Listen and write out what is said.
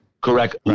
Correct